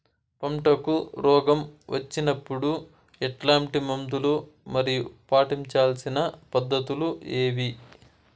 పంటకు రోగం వచ్చినప్పుడు ఎట్లాంటి మందులు మరియు పాటించాల్సిన పద్ధతులు ఏవి?